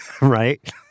Right